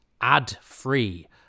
ad-free